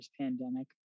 pandemic